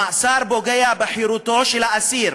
המאסר פוגע בחירותו של האסיר,